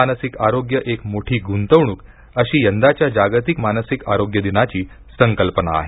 मानसिक आरोग्य एक मोठी गुंतवणूक अशी यंदाच्या जागतिक मानसिक आरोग्य दिनाची संकल्पना आहे